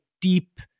deep